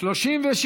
והבנייה (תיקון,